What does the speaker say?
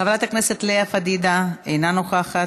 חברת הכנסת לאה פדידה, אינה נוכחת,